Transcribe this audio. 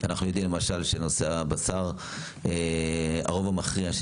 אנחנו יודעים למשל שנושא הבשר הרוב המכריע של